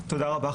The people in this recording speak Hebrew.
תודה רבה,